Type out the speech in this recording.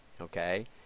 okay